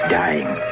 dying